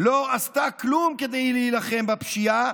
לא עשתה כלום כדי להילחם בפשיעה,